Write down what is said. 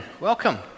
Welcome